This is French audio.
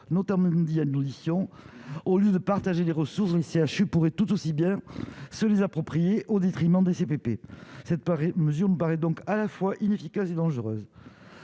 note même dit à l'audition, au lieu de partager les ressources du CHU pourrait tout aussi bien se les approprier au détriment des CPP cette pareille mesure ne paraît donc à la fois inefficace et dangereuse,